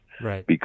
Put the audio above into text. Right